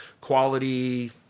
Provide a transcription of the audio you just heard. quality